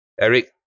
Eric